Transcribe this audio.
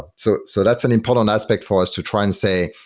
so so that's an important aspect for us to try and say,